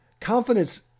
Confidence